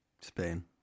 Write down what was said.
Spain